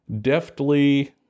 deftly